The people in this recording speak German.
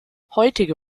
heutige